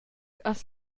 has